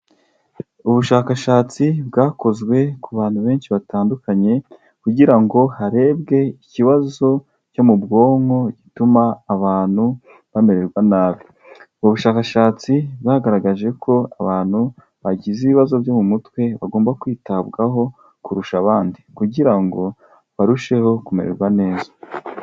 Ubushakashatsi bwakozwe ku bantu benshi batandukanye kugira ngo harebwe ikibazo cyo mu bwonko, gituma abantu bamererwa nabi. Ubwo bushakashatsi bwagaragaje ko abantu bagize ibibazo byo mu mutwe, bagomba kwitabwaho kurusha abandi kugira ngo barusheho kumererwa neza.